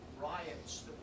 riots